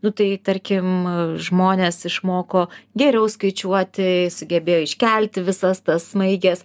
nu tai tarkim žmonės išmoko geriau skaičiuoti sugebėjo iškelti visas tas smaiges